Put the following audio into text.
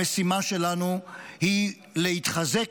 המשימה שלנו היא להתחזק.